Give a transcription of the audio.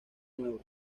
nuevo